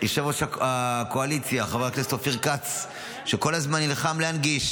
יושב-ראש הקואליציה חבר הכנסת אופיר כץ כל הזמן נלחם להנגיש